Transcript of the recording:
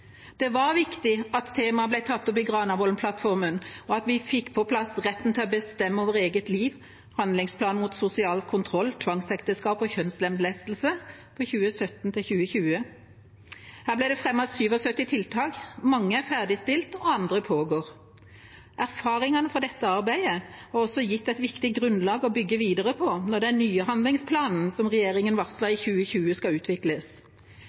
Det var viktig at temaet ble tatt opp i Granavolden-plattformen, og at vi fikk på plass «Retten til å bestemme over eget liv. Handlingsplan mot negativ sosial kontroll, tvangsekteskap og kjønnslemlestelse .» Her ble det fremmet 77 tiltak. Mange er ferdigstilt, og andre pågår. Erfaringene fra dette arbeidet har også gitt et viktig grunnlag å bygge videre på når den nye handlingsplanen som regjeringa varslet i 2020, skal utvikles.